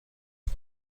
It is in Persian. این